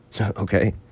Okay